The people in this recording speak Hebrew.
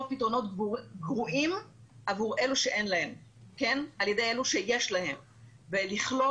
פתרונות גרועים עבור אלה שאין להם על ידי אלה שיש להם ולכלוא